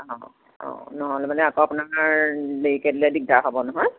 অঁ অঁ নহ'লে মানে আকৌ আপোনাৰ দেৰিকৈ দিলে দিগদাৰ হ'ব নহয়